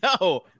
no